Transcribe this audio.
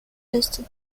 listed